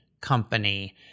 company